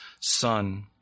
Son